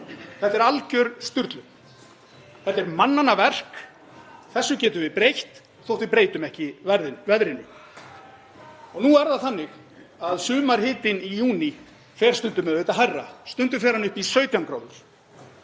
Þetta er alger sturlun. Þetta er mannanna verk. Þessu getum við breytt þótt við breytum ekki veðrinu. Nú er það þannig að sumarhitinn í júní fer auðvitað stundum hærra, stundum fer hann upp í 17 gráður.